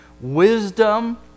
Wisdom